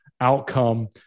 outcome